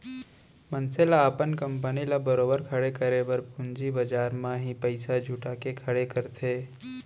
मनसे ल अपन कंपनी ल बरोबर खड़े करे बर पूंजी बजार म ही पइसा जुटा के खड़े करथे